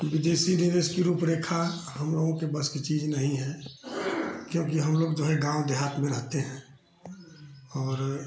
विदेशी निवेश की रूपरेखा हम लोगों के बस की चीज नहीं है क्योंकि हम लोग जो है गाँव देहात में रहते हैं और